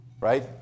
Right